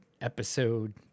episode